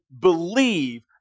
believe